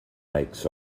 makes